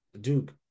Duke